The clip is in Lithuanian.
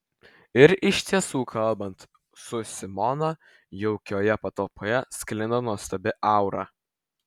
ir iš tiesų kalbant su simona jaukioje patalpoje sklinda nuostabi aura